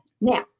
Now